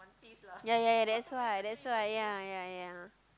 ya ya that's why that's why ya ya ya